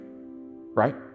Right